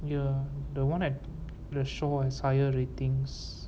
ya the one at the shaw has higher ratings